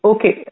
Okay